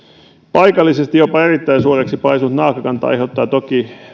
paikallisesti jopa erittäin suureksi paisunut naakkakanta aiheuttaa toki